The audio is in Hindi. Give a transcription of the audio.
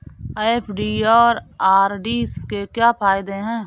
एफ.डी और आर.डी के क्या फायदे हैं?